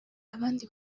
abandi